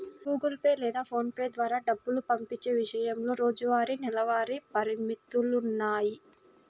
Google Pay లేదా PhonePe ద్వారా డబ్బు పంపించే విషయంలో రోజువారీ, నెలవారీ పరిమితులున్నాయి